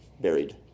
buried